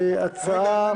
ואלכוהול,